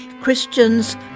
christians